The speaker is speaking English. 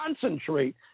concentrate